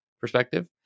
perspective